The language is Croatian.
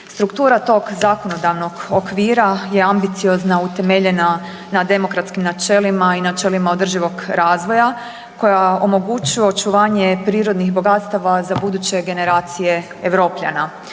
Struktura tog zakonodavnog okvira je ambiciozna utemeljena na demokratskim načelima i načelima održivog razvoja koja omogućuje očuvanje prirodnih bogatstava za buduće generacije Europljana.